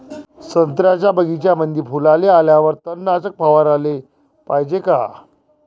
संत्र्याच्या बगीच्यामंदी फुलाले आल्यावर तननाशक फवाराले पायजे का?